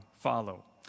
follow